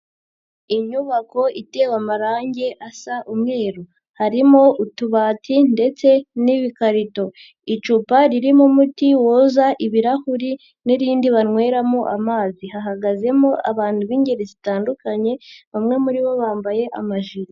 Inyubako itewe amarangi asa umweru, harimo utubati ndetse n'ibikarito, icupa ririmo umuti woza ibirahuri n'irindi banyweramo amazi, hahagazemo abantu b'ingeri zitandukanye bamwe muri bo bambaye amajire.